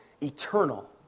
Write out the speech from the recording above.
eternal